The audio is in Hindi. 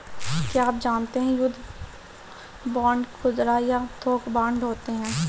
क्या आप जानते है युद्ध बांड खुदरा या थोक बांड होते है?